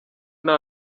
nta